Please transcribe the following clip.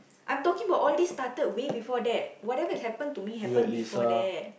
I'm talking about all these started way before that whatever has happened to me happened before that